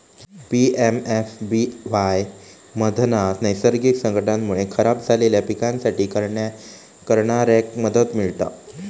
PMFBY मधना नैसर्गिक संकटांमुळे खराब झालेल्या पिकांसाठी करणाऱ्याक मदत मिळता